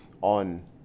on